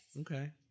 okay